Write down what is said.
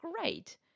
great